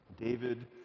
David